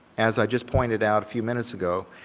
as i just pointed out a few minutes ago,